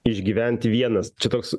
išgyventi vienas čia toks